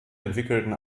entwickelten